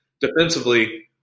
defensively